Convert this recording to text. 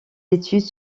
études